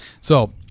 So-